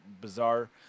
Bizarre